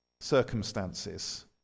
circumstances